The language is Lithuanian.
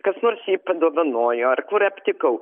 kas nors jį padovanojo ar kur aptikau